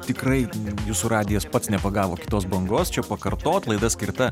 tikrai jūsų radijas pats nepagavo kitos bangos čia pakartot laida skirta